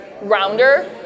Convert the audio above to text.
rounder